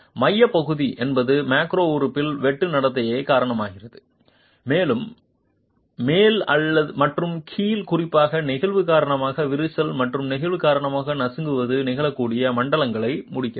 மையப் பகுதி என்பது மேக்ரோ உறுப்பில் வெட்டு நடத்தைக்கு காரணமாகிறது மேலும் மேல் மற்றும் கீழ் குறிப்பாக நெகிழ்வு காரணமாக விரிசல் மற்றும் நெகிழ்வு காரணமாக நசுக்குவது நிகழக்கூடிய மண்டலங்களை முடிக்கிறது